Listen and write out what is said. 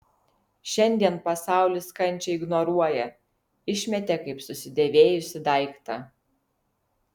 šiandien pasaulis kančią ignoruoja išmetė kaip susidėvėjusį daiktą